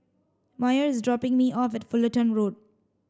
Myer is dropping me off at Fullerton Road